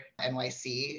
NYC